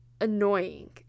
annoying